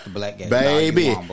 baby